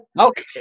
Okay